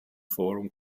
forum